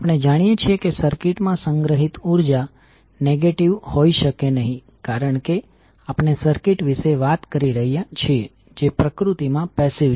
આપણે જાણીએ છીએ કે સર્કિટ માં સંગ્રહિત ઉર્જા નેગેટિવ હોઈ શકે નહીં કારણ કે આપણે સર્કિટ વિશે વાત કરી રહ્યા છીએ જે પ્રકૃતિમાં પેસિવ છે